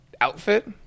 outfit